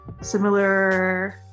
similar